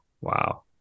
Wow